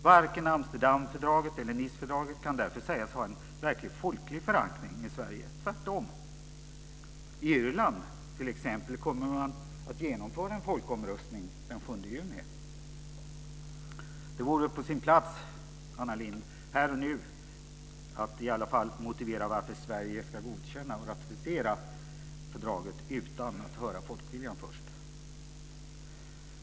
Varken Amsterdamfördraget eller Nicefördraget kan därför sägas ha en verklig folklig förankring i Sverige - tvärtom. På Irland, t.ex., kommer man att genomföra en folkomröstning den 7 juni. Det vore på sin plats, Anna Lindh, att här och nu i alla fall motivera varför Sverige ska godkänna och ratificera fördraget utan att höra folkviljan först.